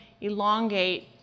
elongate